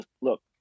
look